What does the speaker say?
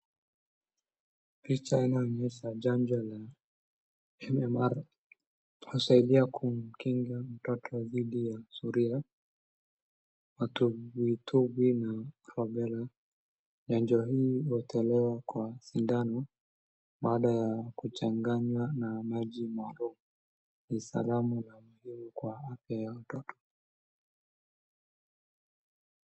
Picha inaonyesha chanjo la MMR husaidia kumkinga mtoto dhidi ya suria, matobwitobwi, na rubela. Chanjo hii hutolewa kwa sindano baada ya kuchanganywa na maji maalum. Ni salamu na mahiri kwa afya ya watoto.